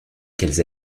qu’elles